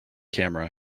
camera